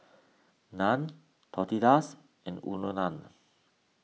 Naan Tortillas and Unadon